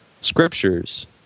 Scriptures